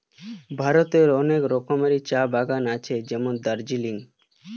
ভারতে অনেক রকমের চা বাগান আছে যেমন দার্জিলিং